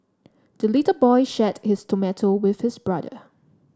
the little boy shared his tomato with his brother